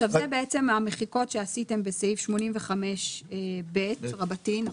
זה בעצם המחיקות שעשיתם בסעיף 85ב רבתי.